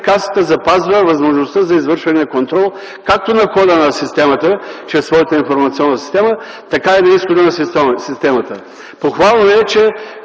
Касата запазва възможността за извършване на контрол както на входа на системата чрез своята информационна система, така и на изхода на системата. Похвално е, че